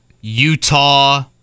Utah